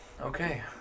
okay